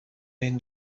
این